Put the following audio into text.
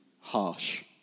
harsh